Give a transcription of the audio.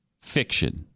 fiction